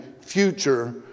future